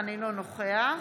אינו נוכח